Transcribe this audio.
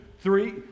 three